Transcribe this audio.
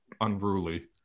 unruly